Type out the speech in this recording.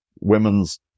women's